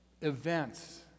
events